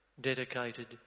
dedicated